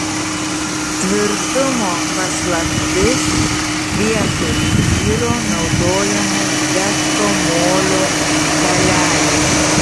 tvirtumo paslaptis vietoj žvyro naudojamos degto molio dalelės